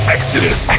Exodus